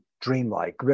dreamlike